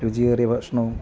രുചിയേറിയ ഭക്ഷണം